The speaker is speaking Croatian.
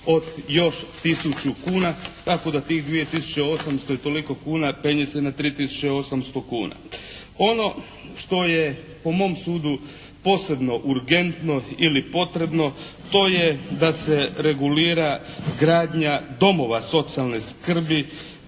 od još tisuću kuna tako da tih 2.800,00 i toliko kuna penje se na 3.800,00 kuna. Ono što je po mom sudu posebno urgentno ili potrebno to je da se regulira gradnja domova socijalne skrbi